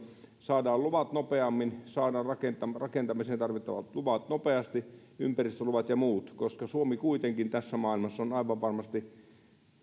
saadaan luvat nopeammin saadaan rakentamiseen rakentamiseen tarvittavat luvat nopeasti ympäristöluvat ja muut koska suomi kuitenkin tässä maailmassa on aivan varmasti yksi